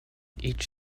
each